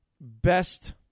best